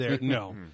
No